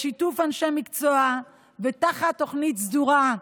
בשיתוף אנשי מקצוע ותחת תוכנית סדורה,